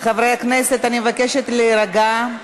חברי הכנסת, אני מבקשת להירגע.